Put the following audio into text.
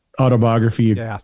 autobiography